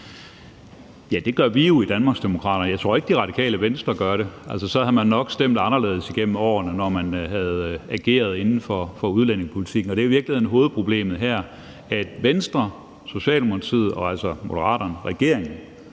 Ja, det gør vi jo i Danmarksdemokraterne. Jeg tror ikke, at Radikale Venstre gør det. Så havde man nok stemt anderledes igennem årene, når man havde ageret inden for udlændingepolitikken. Hovedproblemet er i virkeligheden, at Venstre, Socialdemokratiet og Moderaterne, altså regeringen,